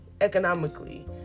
economically